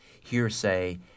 hearsay